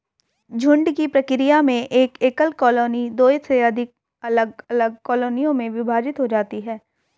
झुंड की प्रक्रिया में एक एकल कॉलोनी दो से अधिक अलग अलग कॉलोनियों में विभाजित हो जाती है